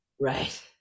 right